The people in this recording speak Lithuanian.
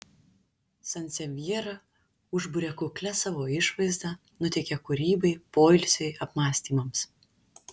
sansevjera užburia kuklia savo išvaizda nuteikia kūrybai poilsiui apmąstymams